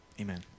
Amen